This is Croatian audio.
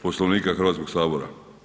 Poslovnika Hrvatskog sabora.